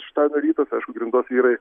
šeštadienio rytas aišku grindos vyrai